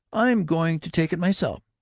i'm going to take it myself!